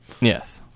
Yes